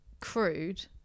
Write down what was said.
crude